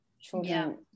children